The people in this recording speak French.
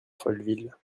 folleville